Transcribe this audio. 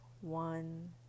one